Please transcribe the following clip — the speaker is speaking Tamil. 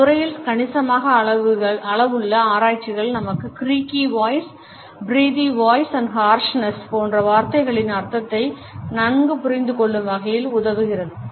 இந்தத் துறையில் கணிசமான அளவுள்ள ஆராய்ச்சிகள் நமக்கு creaky voice breathy voice and harshness போன்ற வார்த்தைகளின் அர்த்தத்தை நன்கு புரிந்து கொள்ளும் வகையில் உதவுகிறது